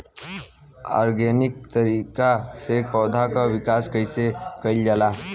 Organic तरीका से पौधा क विकास कइसे कईल जाला?